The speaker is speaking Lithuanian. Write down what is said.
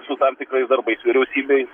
su tam tikrais darbais vyriausybėj